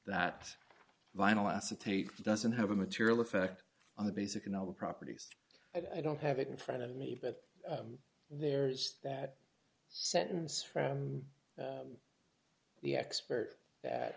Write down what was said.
that vinyl acetate doesn't have a material effect on the basic in all the properties i don't have it in front of me but there is that sentence from the expert that